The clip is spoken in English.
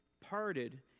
parted